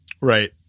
Right